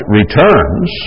returns